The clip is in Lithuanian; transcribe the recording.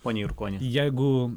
pone jurkoni jeigu